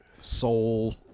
soul